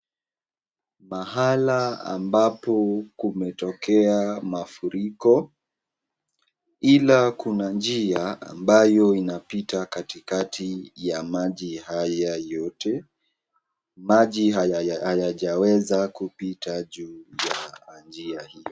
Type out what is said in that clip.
Mahala ambapo kumetokea mafuriko ila kuna njia ambayo inapita katikati ya maji haya yote. Maji hayajaweza kupita juu ya njia hii.